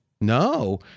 No